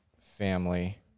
family